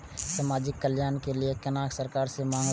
समाजिक कल्याण के लीऐ केना सरकार से मांग करु?